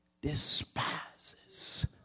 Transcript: despises